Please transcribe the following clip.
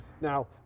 Now